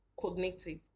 cognitive